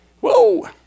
Whoa